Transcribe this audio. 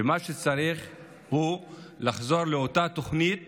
ומה שצריך הוא לחזור לאותה תוכנית